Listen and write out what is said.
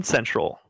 Central